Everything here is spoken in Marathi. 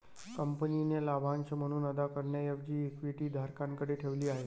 कंपनीने लाभांश म्हणून अदा करण्याऐवजी इक्विटी धारकांकडे ठेवली आहे